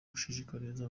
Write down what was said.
gushishikariza